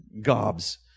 gobs